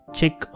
check